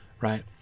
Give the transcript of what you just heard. right